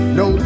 no